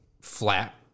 flat